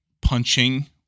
punching